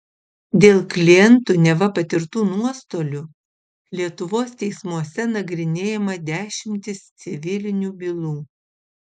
dėl klientų neva patirtų nuostolių lietuvos teismuose nagrinėjama dešimtys civilinių bylų